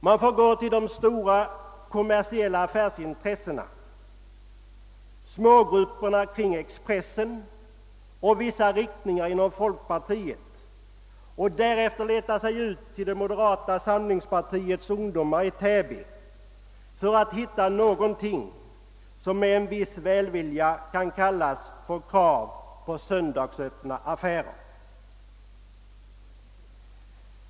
Man får gå till de stora kommersiella affärsintressena, smågrupperna kring Expressen och vissa riktningar inom folkpartiet och därefter leta sig ut till det moderata samlingspartiets ungdomar i Täby för att hitta någonting, som med en viss välvilja kan kallas för krav på söndagsöppna affärer.